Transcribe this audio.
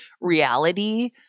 reality